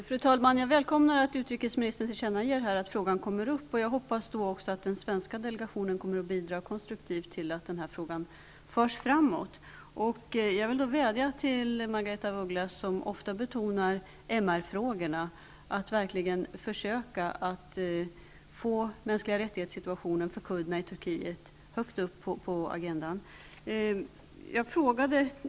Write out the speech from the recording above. Fru talman! Jag välkomnar att utrikesministern tillkännager att frågan kommer att tas upp. Jag hoppas att den svenska delegationen då kommer att bidra konstruktivt till att denna fråga förs framåt. Eftersom Margaretha af Ugglas ofta betonar frågorna om de mänskliga rättigheterna, vill jag vädja till henne att hon verkligen försöker få frågan om situationen när det gäller de mänskliga rättigheterna för kurderna i Turkiet högt upp på agendan.